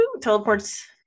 teleports